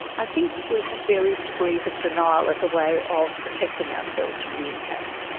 i think we have various degrees of denial as a way of protecting ourselves from the impact,